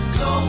go